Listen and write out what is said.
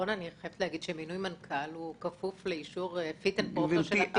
אני חייבת להגיד שמינוי מנכ"ל כפוף לאישור fit and proper של הפיקוח.